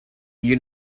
you